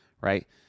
right